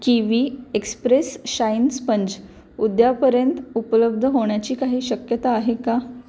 kiwi express shine sponge उद्यापर्यंत उपलब्ध होण्याची काही शक्यता आहे का